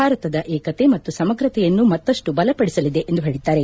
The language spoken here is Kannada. ಭಾರತದ ಏಕತೆ ಮತ್ತು ಸಮಗ್ರತೆಯನ್ನು ಮತ್ತಷ್ಟು ಬಲಪಡಿಸಲಿದೆ ಎಂದು ಹೇಳಿದ್ದಾರೆ